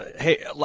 Hey